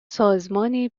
سازمان